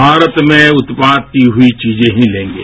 भास्त में ही उत्पादकी हुई चीजें ही लेंगे